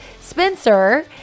Spencer